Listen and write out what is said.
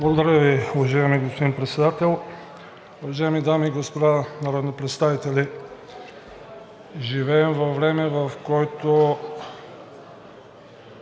Благодаря Ви, уважаеми господин Председател. Уважаеми дами и господа народни представители! Живеем във време, в което